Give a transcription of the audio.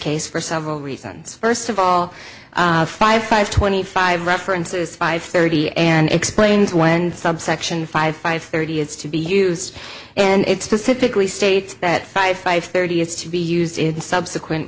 case for several reasons first of all five five twenty five references five thirty and explains when subsection five five thirty is to be used and it specifically states that five five thirty is to be used in the subsequent